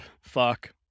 Fuck